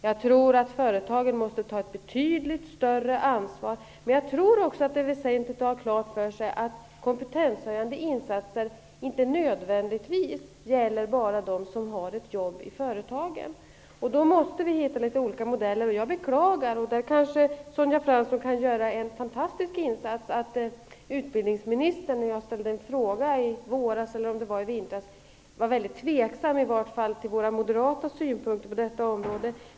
Jag tror att företagen måste ta ett betydligt större ansvar, men jag tror också att det är väsentligt att ha klart för sig att kompetenshöjande insatser inte nödvändigtvis gäller bara dem som har jobb i företagen. Vi måste komma fram till litet olika modeller. Jag beklagar - och där kan Sonja Fransson kanske göra en fantastisk insats - att utbildningsministern när jag ställde en fråga i våras eller i vintras var mycket tveksam till i varje fall våra moderata synpunkter på detta område.